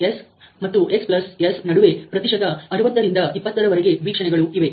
ಆದ್ದರಿಂದ 'x−s and 'xs ನಡುವೆ ಪ್ರತಿಶತ 60 ರಿಂದ 20ರ ವರೆಗೆ ವೀಕ್ಷಣೆಗಳು ಇವೆ